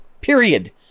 period